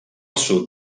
sud